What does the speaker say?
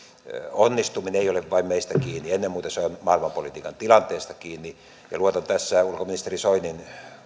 onnistuminen ei ole vain meistä kiinni ennen muuta se on maailmanpolitiikan tilanteesta kiinni luotan tässä ulkoministeri soinin